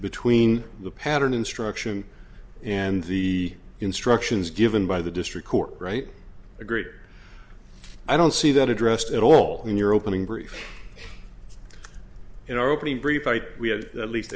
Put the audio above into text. between the pattern instruction and the instructions given by the district court right a greater i don't see that addressed at all in your opening brief in our opening brief we had at least